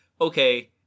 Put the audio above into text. okay